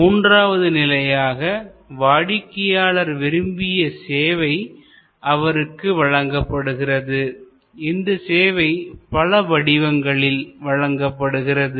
மூன்றாவது நிலையாக வாடிக்கையாளர் விரும்பிய சேவை அவருக்கு வழங்கப்படுகிறதுஇந்த சேவை பல வடிவங்களில் வழங்கப்படுகிறது